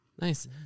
Nice